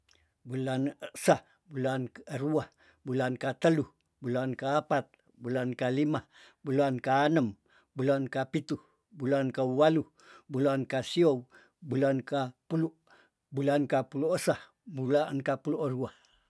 Bulane esa, bulan erua, bulan ka telu, bulan ka apat, bulan ka lima, bulan ka anem, bulan ka pitu, bulan ka wualu, bulan ka siou, bulan ka pulu, bulan ka pulu osa, bulan ka pulu orua.